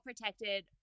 protected